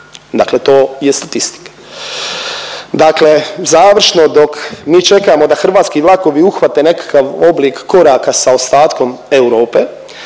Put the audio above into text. Dakle, to je statistika. Dakle, završno dok mi čekamo da hrvatski vlakovi uhvate nekakav oblik koraka sa ostatkom Europe